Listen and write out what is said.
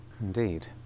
Indeed